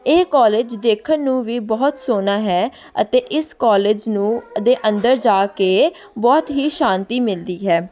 ਇਹ ਕਾਲਜ ਦੇਖਣ ਨੂੰ ਵੀ ਬਹੁਤ ਸੋਹਣਾ ਹੈ ਅਤੇ ਇਸ ਕਾਲਜ ਨੂੰ ਦੇ ਅੰਦਰ ਜਾ ਕੇ ਬਹੁਤ ਹੀ ਸ਼ਾਂਤੀ ਮਿਲਦੀ ਹੈ